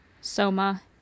Soma